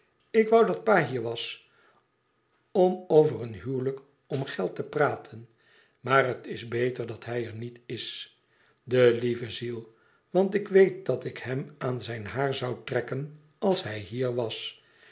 ilk wou dat pa hier was om over een huwelijk om geld te praten maar het is beter dat hij er niet is de lieve ziel want ik weet dat ik hem aan zijn haar zou trekken als hij hier was